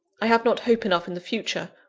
i have not hope enough in the future,